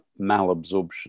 malabsorption